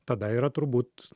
tada yra turbūt